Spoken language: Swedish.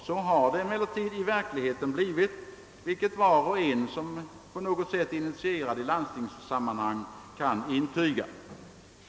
Så har det emellertid blivit, som var och en i landstingsfrågor initierad kan bestyrka.